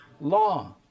Law